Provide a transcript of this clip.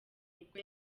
nibwo